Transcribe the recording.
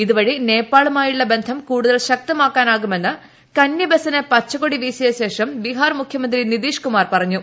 ഇതുവഴി നേപ്പാളുമായുള്ള ബന്ധം കൂടുതൽ ശക്തമാക്കാനാവുമെന്ന് കന്നി ബസിന് പച്ചക്കൊടി വീശിയ ശേഷം ബീഹാർ മുഖ്യമന്ത്രി നിതീഷ് കുമാർ പറഞ്ഞു